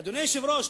אדוני היושב-ראש,